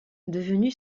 devenu